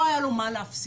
לא היה לו מה להפסיד.